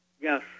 Yes